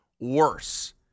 worse